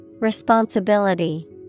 responsibility